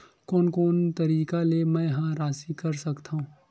कोन कोन तरीका ले मै ह राशि कर सकथव?